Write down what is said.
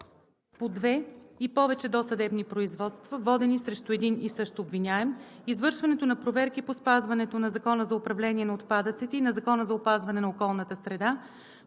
по две и повече досъдебни производства, водени срещу един и същ обвиняем; извършването на проверки по спазването на Закона за управление на отпадъците и на Закона за опазване на околната среда;